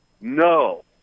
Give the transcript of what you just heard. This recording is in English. No